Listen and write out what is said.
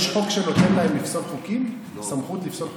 יש חוק שנותן לה לפסול חוקים, סמכות לפסול חוקים?